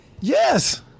Yes